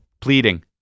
Pleading